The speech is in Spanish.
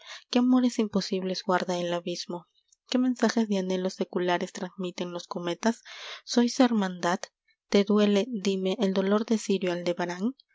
qué amores imposibles guarda el abismo qué mensajes de anhelos seculares transmiten los cometas sois hermandad te duele dime el dolor de sirio aldebarán